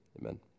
amen